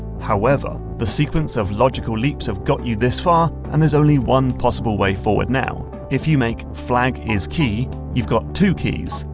however, the sequence of logical leaps have got you this far and there's only one possible way forward now if you make flag is key, you've got two keys.